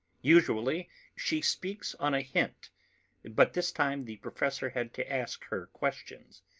usually she speaks on a hint but this time the professor had to ask her questions,